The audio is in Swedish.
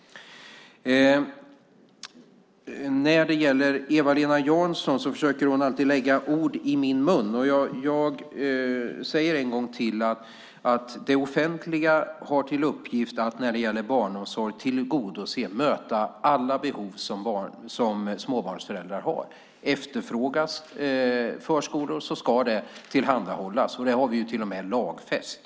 Eva-Lena Jansson försöker alltid lägga ord i min mun. Jag säger därför ännu en gång att det offentliga har till uppgift att när det gäller barnomsorg möta och tillgodose alla de behov som småbarnsföräldrar har. Om förskolor efterfrågas ska dessa tillhandahållas. Det har vi till och med lagfäst.